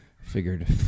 figured